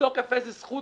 מתוקף איזו זכות?